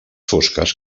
fosques